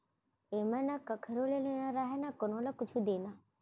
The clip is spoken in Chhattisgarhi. एमा न कखरो ले लेना रहय न कोनो ल कुछु देना